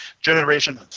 generation